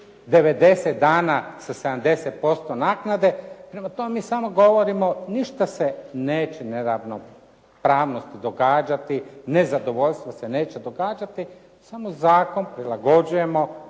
90 dana sa 70% naknade. Prema tome, mi samo govorimo ništa se neće neravnopravnost događati, nezadovoljstvo se neće događati. Samo zakon prilagođujemo